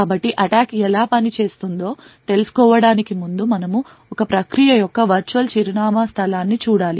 కాబట్టి అటాక్ ఎలా పనిచేస్తుందో తెలుసుకోవడానికి ముందు మనము ఒక ప్రక్రియ యొక్క వర్చువల్ చిరునామా స్థలాన్ని చూడాలి